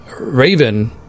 Raven